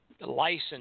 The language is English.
license